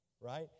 Right